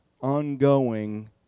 ongoing